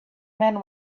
man